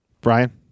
brian